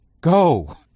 Go